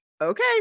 okay